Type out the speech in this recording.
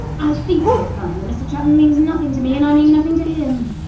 i think you'll find that mr chapman means nothing to me, and i mean nothing to him.